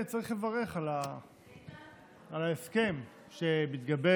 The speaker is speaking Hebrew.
צריך לברך על ההסכם שמתגבש